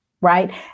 right